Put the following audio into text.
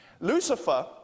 Lucifer